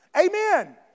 Amen